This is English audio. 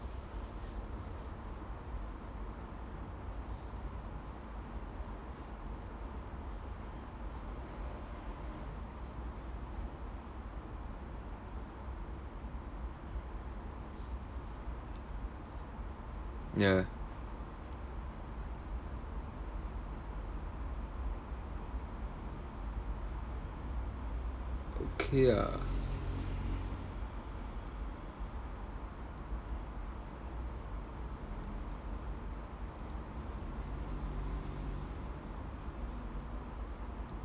ya okay ah